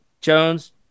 jones